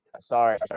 Sorry